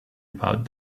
about